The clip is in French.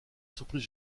surprise